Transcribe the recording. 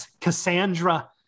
Cassandra